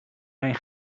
mijn